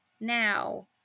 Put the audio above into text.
now